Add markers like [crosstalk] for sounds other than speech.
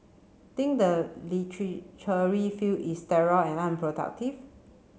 think the [unintelligible] field is sterile and unproductive